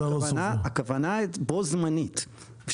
הכוונה בו זמנית.